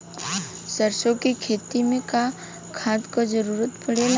सरसो के खेती में का खाद क जरूरत पड़ेला?